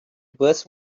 birds